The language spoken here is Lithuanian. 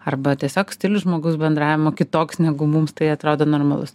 arba tiesiog stilius žmogaus bendravimo kitoks negu mums tai atrodo normalus